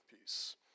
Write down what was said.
Peace